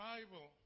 Bible